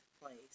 place